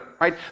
right